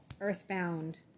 earthbound